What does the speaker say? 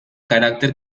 carácter